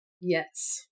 Yes